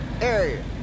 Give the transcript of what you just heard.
area